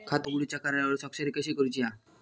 खाता उघडूच्या करारावर स्वाक्षरी कशी करूची हा?